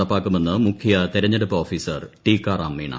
നടപ്പാക്കുമെന്ന് മുഖ്യ തെരഞ്ഞെടുപ്പ് ഓഫീസർ ടിക്കാറാം മീണ